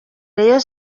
rayon